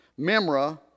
Memra